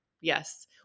Yes